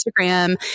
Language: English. instagram